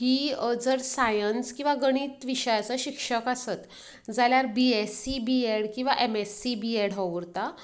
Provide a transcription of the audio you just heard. ही जर सायन्स किंवां गणित विशयाचो शिक्षक आसत जाल्यार बीएसी बीएड किंवां एमएसी बीएड हो उरता